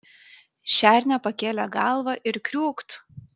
šernė pakėlė galvą ir kriūkt